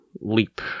Leap